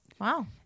wow